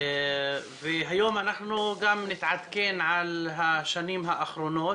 היום אנחנו גם נתעדכן על השנים האחרונות